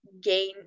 gain